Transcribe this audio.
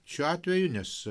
šiuo atveju nes